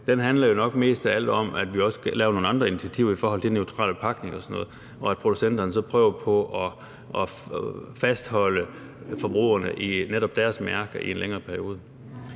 handler jo nok mest af alt om, at vi også skal lave nogle andre initiativer i forhold til neutrale pakninger og sådan noget, og at producenterne så prøver på at fastholde forbrugerne i netop deres mærke i en længere periode.